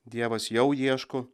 dievas jau ieško